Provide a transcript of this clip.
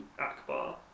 Akbar